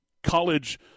College